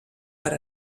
per